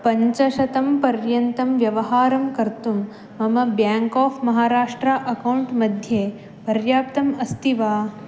पञ्चशतं पर्यन्तं व्यवहारं कर्तुं मम ब्याङ्क् आफ़् महाराष्ट्रा अकौण्ट् मध्ये पर्याप्तम् अस्ति वा